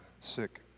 sick